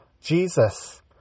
Jesus